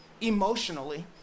emotionally